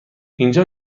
اینجا